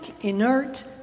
inert